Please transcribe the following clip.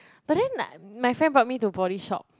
but then like my friend brought me to Body Shop